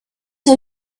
too